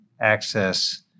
access